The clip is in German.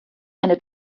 eine